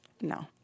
No